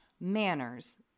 manners